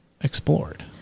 explored